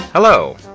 Hello